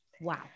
Wow